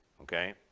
Okay